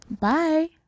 Bye